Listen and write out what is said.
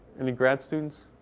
any grad students?